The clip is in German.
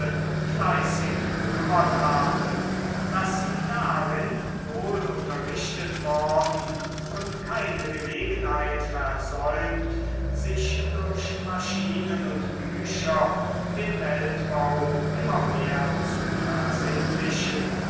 fleißig bekümmert habe daß sie darin wohl unterrichtet worden und keine gelegenheit versäumt sich durch maschinen und bücher den weltbau immer mehr zu